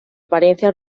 apariencia